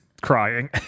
crying